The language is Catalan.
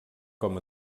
com